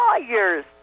lawyers